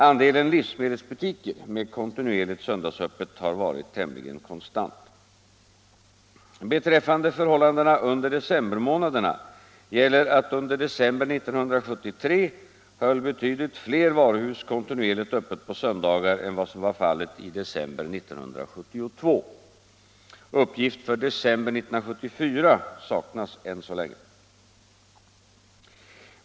Andelen livsmedelsbutiker med kontinuerligt söndagsöppet har varit tämligen konstant. Beträffande förhållandena under decembermånaderna gäller att under december 1973 höll betydligt fler varuhus kontinuerligt öppet på söndagar än vad som var fallet i december 1972. Uppgift för december 1974 saknas än så länge.